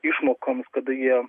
išmokoms kada jie